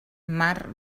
mar